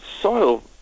soil